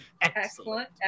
Excellent